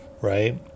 right